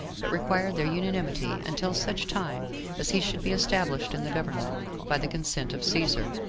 but required their unanimity until such time as he should be established in the government by the consent of caesar,